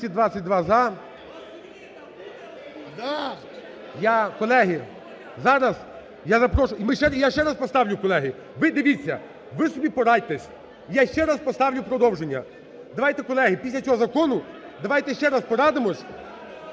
Я ще раз поставлю, колеги. Ви дивіться, ви собі порадьтеся, я ще раз поставлю продовження. Давайте, колеги, після цього закону давайте ще раз порадимося…